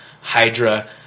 Hydra